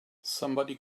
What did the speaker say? somebody